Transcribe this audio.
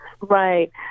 right